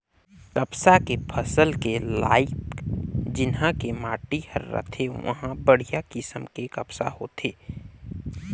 कपसा के फसल के लाइक जिन्हा के माटी हर रथे उंहा बड़िहा किसम के कपसा होथे